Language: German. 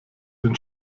den